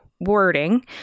wording